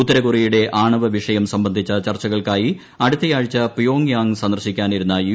ഉത്തരകൊറിയയുടെ ആണവവിഷയം സംബന്ധിച്ച ചർച്ച കൾക്കായി അടുത്തയാഴ്ച പ്യോങ്യാങ് സന്ദർശിക്കാനിരുന്ന യു